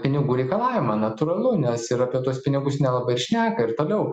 pinigų reikalavimą natūralu nes ir apie tuos pinigus nelabai ir šneka ir toliau